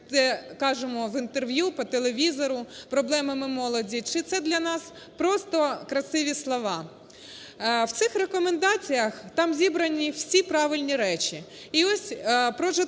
як кажемо в інтерв'ю, по телевізору проблемами молоді чи це для нас просто красиві слова. В цих рекомендаціях там зібрані всі правильні речі і ось про житло,